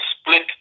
split